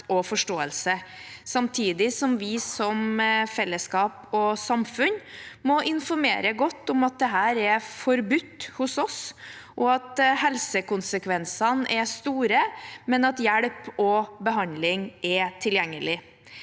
og forståelse. Samtidig må vi som fellesskap og samfunn, informere godt om at dette er forbudt hos oss, og at helsekonsekvensene er store, men at hjelp og behandling er tilgjengelig.